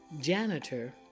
Janitor